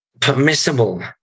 permissible